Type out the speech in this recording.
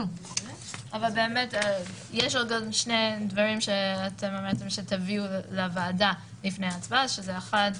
יש עוד שני דברים שאמרתם שתביאו לוועדה לפני הצבעה - שזה אחד,